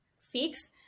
fix